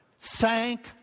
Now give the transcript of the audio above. Thank